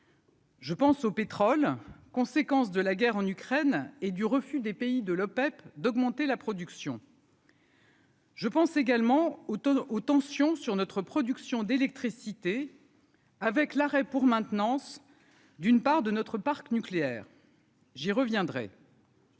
Je pense au pétrole, conséquence de la guerre en Ukraine et du refus des pays de l'OPEP d'augmenter la production. Je pense également Automne aux tensions sur notre production d'électricité. Avec l'arrêt pour maintenance, d'une part de notre parc nucléaire, j'y reviendrai.